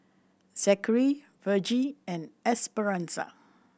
Zackery Vergie and Esperanza